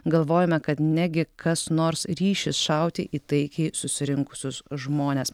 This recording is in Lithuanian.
galvojome kad negi kas nors ryšis šauti į taikiai susirinkusius žmones